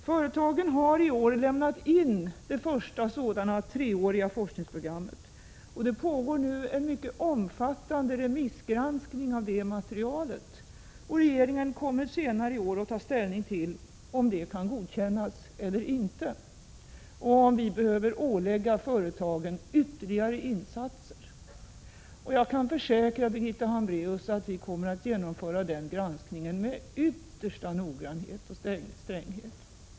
Företagen har i år lämnat ett första sådant treårigt forskningsprogram. Det pågår nu en mycket omfattande remissgranskning av detta material, och regeringen kommer senare i år att ta ställning till om det kan godkännas eller inte och om vi behöver ålägga företagen ytterligare insatser. Jag kan försäkra Birgitta Hambraeus att vi kommer att genomföra den granskningen med yttersta noggrannhet och stränghet.